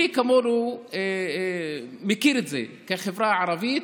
מי כמונו מכיר את זה, בחברה הערבית,